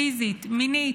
פיזית ומינית,